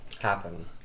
happen